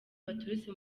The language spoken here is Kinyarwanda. baturutse